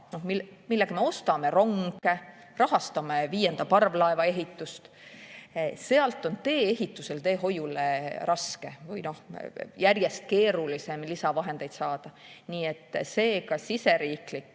nendega me ostame ronge, rahastame viienda parvlaeva ehitust – tee-ehitusele, teehoiule raske või järjest keerulisem lisavahendeid saada. Nii et seega on siseriiklike